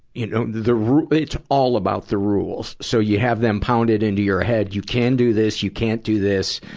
you know, the ru, it's all about the rules. so you have them pounded into your head you can do this, you can't do this.